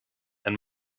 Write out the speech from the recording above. and